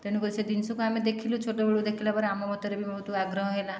ତେଣୁ କରି ସେ ଜିନିଷକୁ ଆମେ ଦେଖିଲୁ ଛୋଟ ବେଳୁ ଦେଖିଲା ପରେ ଆମ ମତରେ ବି ବହୁତ ଆଗ୍ରହ ହେଲା